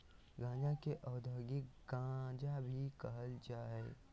गांजा के औद्योगिक गांजा भी कहल जा हइ